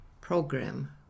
program